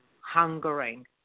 hungering